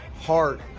heart